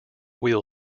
wheel